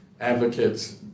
advocates